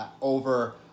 over